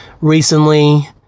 recently